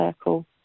Circle